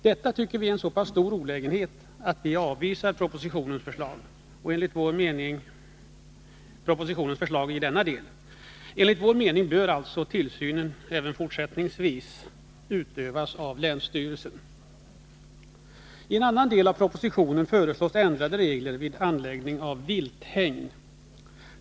Detta tycker vi är en så pass stor olägenhet att vi avvisar propositionens förslag i denna del. Enligt vår mening bör tillsynen även fortsättningsvis utövas av länsstyrelsen. I en annan del av propositionen föreslås ändrade regler vid anläggning av vilthägn.